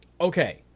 Okay